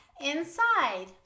inside